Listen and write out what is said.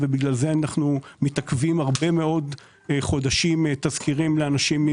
בגלל זה אנחנו מתעכבים כבר הרבה מאוד חודשים בתזכירים לאנשים.